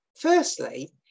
Firstly